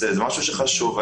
זה חשוב.